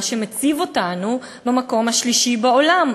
מה שמציב אותנו במקום השלישי בעולם,